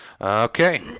Okay